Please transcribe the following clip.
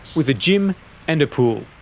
with a gym and a pool.